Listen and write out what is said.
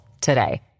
today